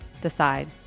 decide